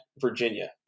Virginia